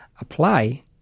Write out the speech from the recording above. apply